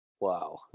Wow